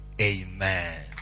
amen